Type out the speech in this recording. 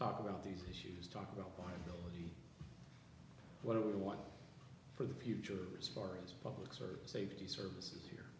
talk about these issues talk about what do we want for the future as far as public service safety services he re